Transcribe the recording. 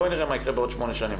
בוא נראה מה יקרה בעוד שמונה שנים,